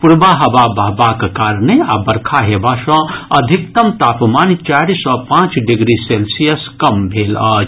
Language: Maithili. पूरबा हवा बहबाक कारणे आ बरखा हेबा सँ अधिकतम तापमान चारि सँ पांच डिग्री सेल्सियस कम भेल अछि